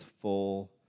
full